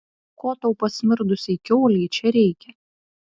ko tai pasmirdusiai kiaulei čia reikia